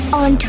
on